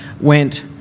went